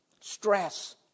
stress